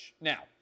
Now